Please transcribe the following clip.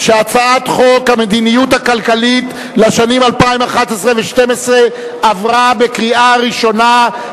חוק המדיניות הכלכלית לשנים 2011 ו-2012 (תיקוני חקיקה),